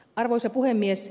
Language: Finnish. arvoisa puhemies